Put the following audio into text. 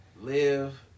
live